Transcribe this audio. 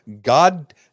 god